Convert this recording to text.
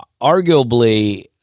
arguably